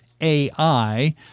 AI